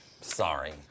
Sorry